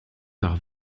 par